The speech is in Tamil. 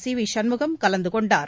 சி வி சண்முகமும் கலந்து கொண்டார்